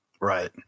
Right